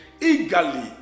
eagerly